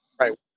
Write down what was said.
right